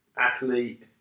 athlete